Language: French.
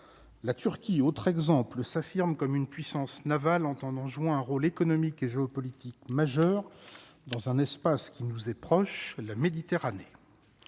la Turquie, autre exemple, s'affirme comme une puissance navale en jouant un rôle économique et géopolitique majeur dans un espace qui nous est proche, la Méditerranée